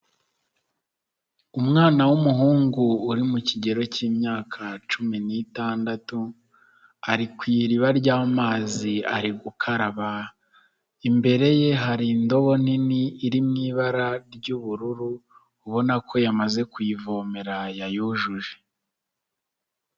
Umwana w'umuhungu uri mu kigero cy'imyaka cumi n'itandatu ari ku iriba ry'amazi ari gukaraba, imbere ye hari indobo nini iri mu ibara ry'ubururu, ubona ko yamaze kuyivomera yayujuje.